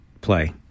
play